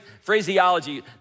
phraseology